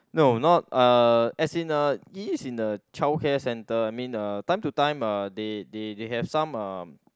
no not uh as in uh it in a child care centre I mean uh time to time uh they they they have some uh